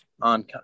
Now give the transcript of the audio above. on